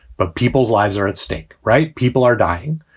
but people's lives are at stake. right. people are dying.